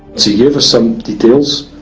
she gave us some details